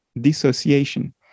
dissociation